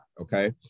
okay